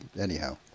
anyhow